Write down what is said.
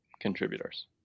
contributors